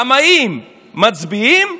ימאים מצביעים,